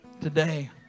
Today